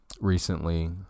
recently